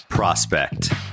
Prospect